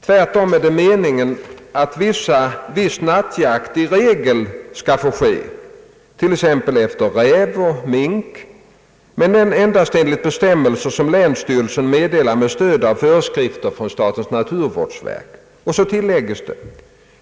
Tvärtom är det meningen att viss nattjakt i regel skall få ske men endast enligt bestämmelser som länsstyrelsen meddelar med stöd av föreskrifter från statens naturvårdsverk.